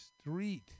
street